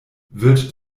wird